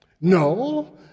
No